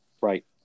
Right